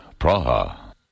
Praha